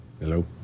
Hello